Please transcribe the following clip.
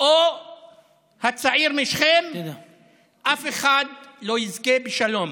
או הצעיר משכם, אף אחד לא יזכה בשלום.